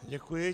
Děkuji.